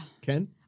Ken